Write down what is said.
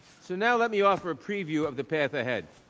so and let me offer a preview of the path ahead.